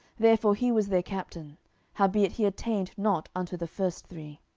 therefore he was their captain howbeit he attained not unto the first three.